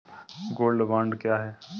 Gold bond क्या है?